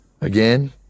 again